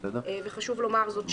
וחשוב לומר זאת,